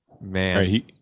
Man